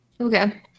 Okay